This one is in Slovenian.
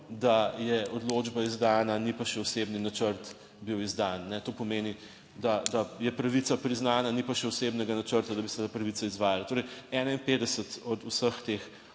da je odločba izdana, ni pa še osebni načrt bil izdan. To pomeni, da je pravica priznana, ni pa še osebnega načrta, da bi se te pravice izvajale. Torej, 51 od vseh teh